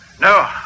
No